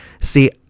See